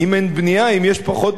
אם יש פחות מבעבר?